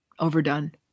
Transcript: Overdone